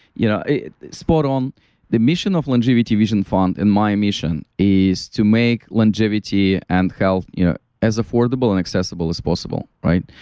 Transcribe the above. you know spot on the mission of longevity vision fund and my mission is to make longevity and health you know as affordable and accessible as possible, right?